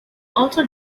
also